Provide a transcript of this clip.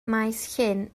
maesllyn